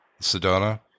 Sedona